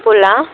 बोला